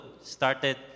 started